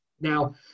Now